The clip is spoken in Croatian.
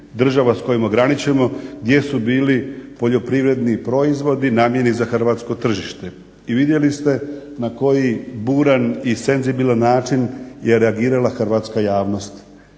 država s kojima graničimo, gdje su bili poljoprivredni proizvodi namijenjeni za hrvatsko tržište. I vidjeli ste na koji buran i senzibilan način je reagirala hrvatska javnost.